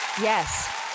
Yes